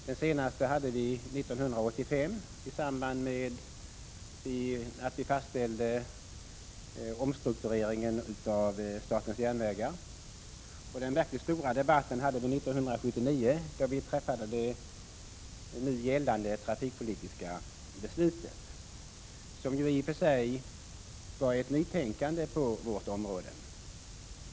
Den senaste hade vi 1985 i samband med att vi fastställde omstruktureringen av statens järnvägar, och den verkligt stora debatten hade vi 1979, då vi fattade det nu gällande trafikpolitiska beslutet, som i och för sig var ett nytänkande på trafikområdet.